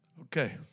Okay